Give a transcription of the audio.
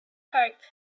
hope